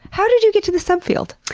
how did you get to this subfield?